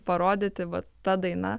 parodyti va ta daina